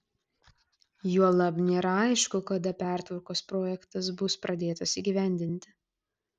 juolab nėra aišku kada pertvarkos projektas bus pradėtas įgyvendinti